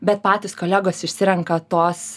bet patys kolegos išsirenka tos